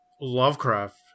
lovecraft